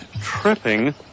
tripping